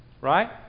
right